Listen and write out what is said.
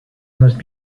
must